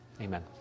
Amen